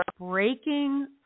breaking